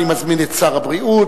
אני מזמין את שר הבריאות,